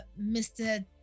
Mr